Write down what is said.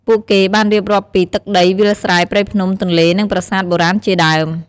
ពួកគេបានរៀបរាប់ពី ទឹកដី វាលស្រែ ព្រៃភ្នំ ទន្លេ និងប្រាសាទបុរាណជាដើម។